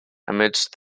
amidst